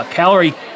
calorie